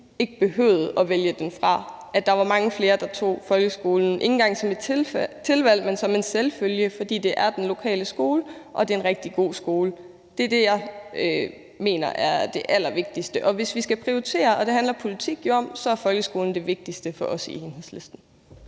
ikke behøver at vælge den fra; altså, at der var mange flere, der valgte folkeskolen ikke en gang som et tilvalg, men som en selvfølge, fordi det er den lokale skole og det er en rigtig god skole. Det er det, jeg mener er det allervigtigste. Og hvis vi skal prioritere – og det handler politik jo om – så er folkeskolen det vigtigste for os i Enhedslisten.